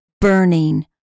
burning